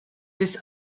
des